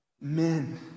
men